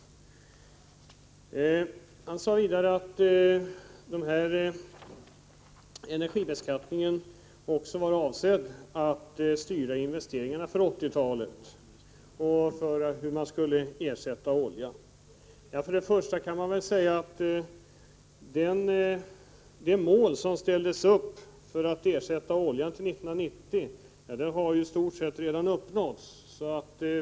Bo Forslund sade vidare att energibeskattningen var avsedd att styra investeringarna för 1980-talet i syfte att ersätta oljan. Till att börja med kan man säga att det mål som ställdes upp och som angav hur man skulle ersätta oljan fram till 1990 i stort sett redan har uppnåtts.